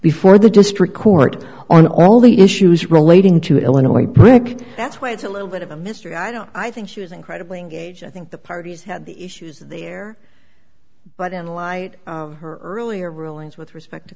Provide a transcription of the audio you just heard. before the district court on all the issues relating to illinois that's why it's a little bit of a mystery i don't i think she was incredibly gauge i think the parties had the issues there but in light of her earlier rulings with respect